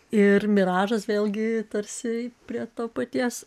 ir miražas vėlgi tarsi prie to paties